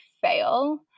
fail